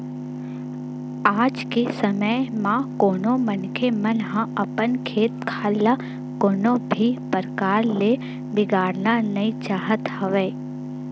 आज के समे म कोनो मनखे मन ह अपन खेत खार ल कोनो भी परकार ले बिगाड़ना नइ चाहत हवय